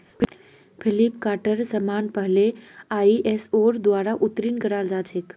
फ्लिपकार्टेर समान पहले आईएसओर द्वारा उत्तीर्ण कराल जा छेक